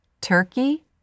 Turkey